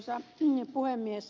arvoisa puhemies